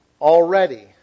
already